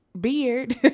beard